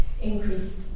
increased